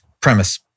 premise